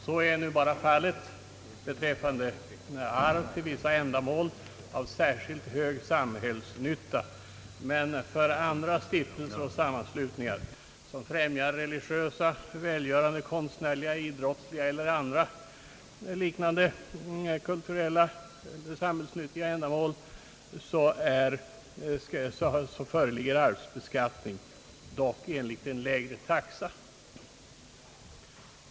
Så är nu bara fallet beträffande arv till vissa ändamål av särskilt hög samhällsnytta, medan för andra stiftelser och sammanslutningar som främjar religiösa, välgörande, konstnärliga, idrottsliga eller andra liknande kulturelia eller eljest samhällsnyttiga ändamål föreligger arvsbeskattning, dock enligt en lägre taxa.